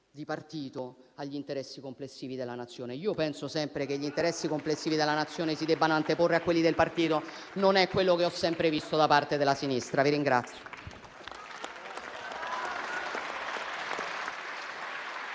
di partito agli interessi complessivi della Nazione. Penso sempre che gli interessi complessivi della Nazione si debbano anteporre a quelli del partito, e non è quello che ho sempre visto da parte della sinistra. *(Applausi.